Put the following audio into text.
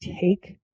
take